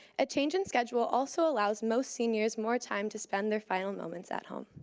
a change in schedule also allows most seniors more time to spend their final moments at home.